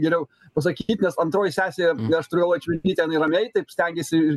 geriau pasakyt nes antroji sesė aš turiu galvoj čmilytė jinai ramiai taip stengiasi